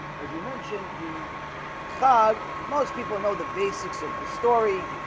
as we mentioned the cog most people know the basics of the story